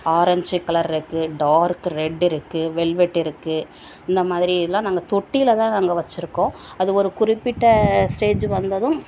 orange colour இருக்குது dark red இருக்குது velvet இருக்குது இந்தமாதிரியெலாம் நாங்கள் தொட்டியில்தான் நாங்கள் வச்சுருக்கோம் அது ஒரு குறிப்பிட்ட ஸ்டேஜ் வந்ததும்